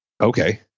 Okay